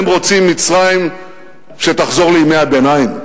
הם רוצים מצרים שתחזור לימי הביניים.